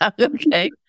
Okay